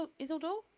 Isildur